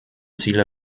ziele